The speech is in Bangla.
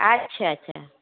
আচ্ছা আচ্ছা